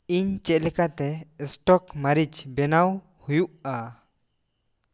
ᱤᱧ ᱪᱮᱫ ᱞᱮᱠᱟᱛᱮ ᱤᱥᱴᱚᱠ ᱢᱟᱹᱨᱤᱪ ᱵᱮᱱᱟᱣ ᱦᱩᱭᱩᱜᱼᱟ